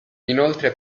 inoltre